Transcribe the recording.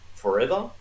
forever